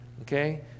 okay